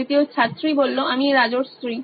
দ্বিতীয় ছাত্রী আমি রাজশ্রী